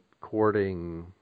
courting